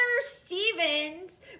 Stevens